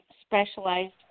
specialized